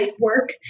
work